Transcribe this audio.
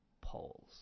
polls